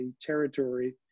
territory